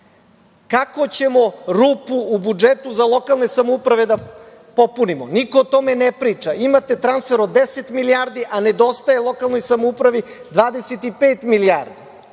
ćemo rupu u budžetu za lokalne samouprave da popunimo? Niko o tome ne priča. Imate transfer od 10 milijardi, a nedostaje lokalnoj samoupravi 25 milijardi.